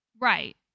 Right